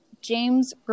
James